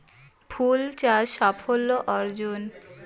ফুল চাষ সাফল্য অর্জন?